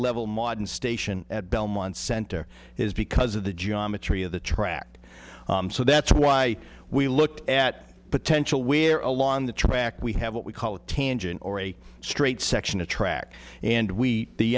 level modern station at belmont center is because of the geometry of the track so that's why we looked at potential where along the track we have what we call a tangent or a straight section a track and we the